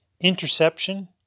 interception